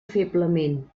feblement